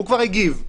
הוא כבר הגיב.